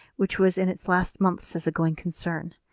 which was in its last months as a going concern.